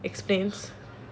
explains